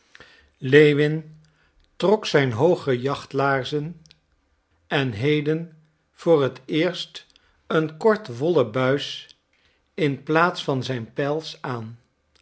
lewin trok zijn hooge jachtlaarzen en heden voor het eerst een kort wollen buis in plaats van zijn pels aan